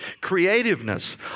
creativeness